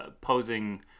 posing